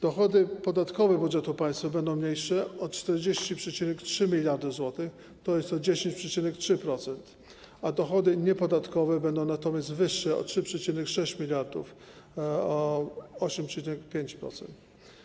Dochody podatkowe budżetu państwa będą mniejsze o 40,3 mld zł, tj. o 10,3%, a dochody niepodatkowe będą wyższe o 3,6 mld, o 8,5%.